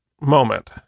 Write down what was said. moment